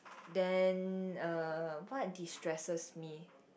then uh what destresses me